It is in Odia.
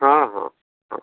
ହଁ ହଁ ହଁ